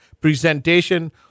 presentation